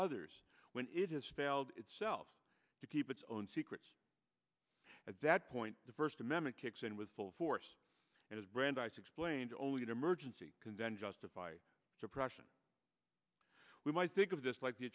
others when it has failed itself to keep its own secrets at that point the first amendment kicks in with full force and as brandeis explained only an emergency convention justify suppression we might think of this like the